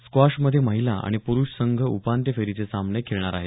squash मध्ये महिला आणि प्ररूष संघ उपांत्य फेरीचे सामने खेळणार आहेत